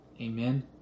Amen